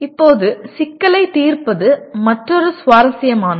இப்போது சிக்கலைத் தீர்ப்பது மற்றொரு சுவாரஸ்யமானது